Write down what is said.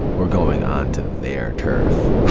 we're going onto their turf.